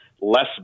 less